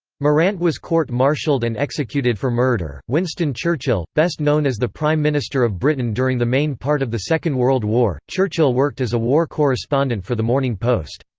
morant was court-martialed and executed for murder winston churchill best known as the prime minister of britain during the main part of the second world war, churchill worked as a war correspondent for the morning post.